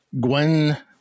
Gwen